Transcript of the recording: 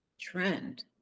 Trend